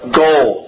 goal